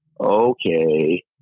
okay